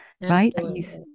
Right